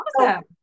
awesome